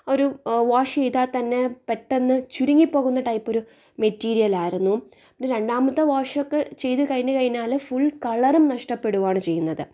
ഒരു വാഷ് ചെയ്താൽ തന്നെ പെട്ടന്ന് ചുരുങ്ങി പോകുന്ന ടൈപ്പൊരു മെറ്റീരിയൽ ആയിരുന്നു പിന്നെ രണ്ടാമത്തെ വാഷൊക്കെ ചെയ്തു കഴിഞ്ഞ് കഴിഞ്ഞാൽ ഫുൾ കളറും നഷ്ടപ്പെടുകയാണ് ചെയ്യുന്നത്